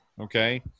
Okay